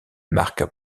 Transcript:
marque